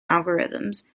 algorithms